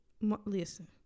Listen